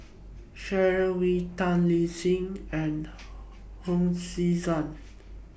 Sharon Wee Tan Lip Seng and Hon Sui Sen